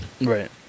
Right